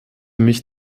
mich